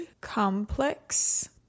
Complex